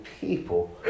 people